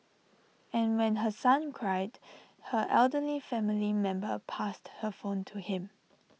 and when her son cried her elderly family member passed her phone to him